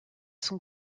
sont